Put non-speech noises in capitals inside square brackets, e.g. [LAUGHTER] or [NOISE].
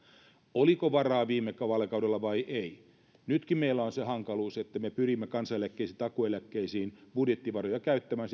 oliko varaa viime vaalikaudella vai ei nytkin meillä on se hankaluus että me pyrimme kansaneläkkeisiin ja takuueläkkeisiin budjettivaroja käyttämään [UNINTELLIGIBLE]